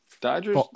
Dodgers